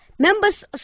Members